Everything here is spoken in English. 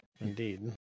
indeed